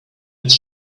its